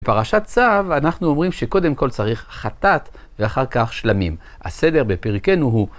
בפרשת צו אנחנו אומרים שקודם כל צריך חטאת ואחר כך שלמים, הסדר בפרקנו הוא